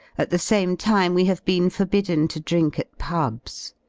at the same time we have been forbidden to drink at pubs.